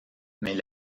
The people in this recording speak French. mais